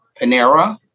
panera